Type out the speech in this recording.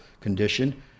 condition